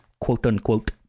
quote-unquote